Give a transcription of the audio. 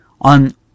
on